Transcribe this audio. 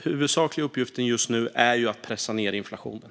Huvudsakliga uppgiften just nu är alltså att pressa ned inflationen.